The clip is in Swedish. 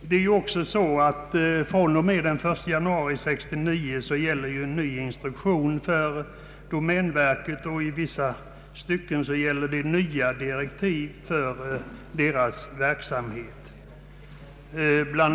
Från och med den 1 januari 1969 gäller en ny instruktion för domänverket, och i vissa stycken gäller nya direktiv för domänverkets verksamhet. BI.